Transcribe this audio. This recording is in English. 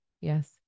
Yes